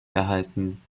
erhalten